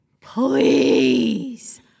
Please